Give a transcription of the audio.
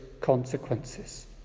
consequences